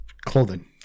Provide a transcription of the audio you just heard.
clothing